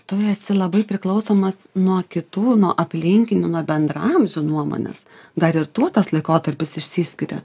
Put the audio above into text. tu esi labai priklausomas nuo kitų nuo aplinkinių nuo bendraamžių nuomonės dar ir tuo tas laikotarpis išsiskiria